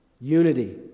Unity